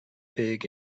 big